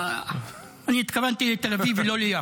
לא, אני התכוונתי לתל אביב, לא ליפו.